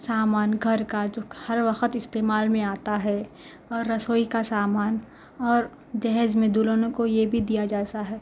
سامان گھر کا جو ہر وقت استعمال میں آتا ہے اور رسوئی کا سامان اور جہیز میں دلہنوں کو یہ بھی دیا جیسا ہے